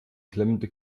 klemmende